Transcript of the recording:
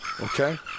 okay